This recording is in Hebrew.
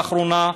לאחרונה,